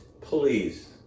please